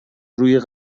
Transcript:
روی